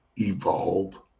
evolve